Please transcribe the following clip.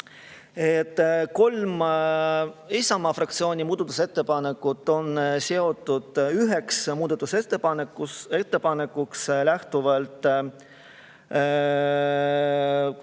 Isamaa fraktsiooni muudatusettepanekut on seotud üheks muudatusettepanekuks lähtuvalt kodu-